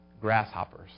grasshoppers